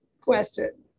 question